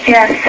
Yes